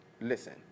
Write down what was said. Listen